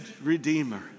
redeemer